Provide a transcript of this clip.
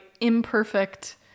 imperfect